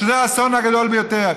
שזה האסון הגדול ביותר?